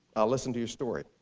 i'll listen to your story,